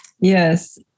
Yes